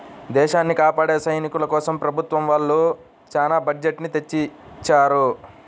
దేశాన్ని కాపాడే సైనికుల కోసం ప్రభుత్వం వాళ్ళు చానా బడ్జెట్ ని తెచ్చిత్తారు